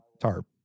tarp